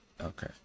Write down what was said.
Okay